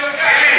איציק,